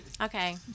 Okay